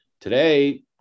today